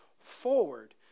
forward